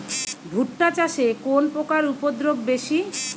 ভুট্টা চাষে কোন পোকার উপদ্রব বেশি?